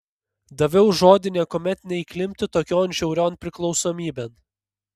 daviau žodį niekuomet neįklimpti tokion žiaurion priklausomybėn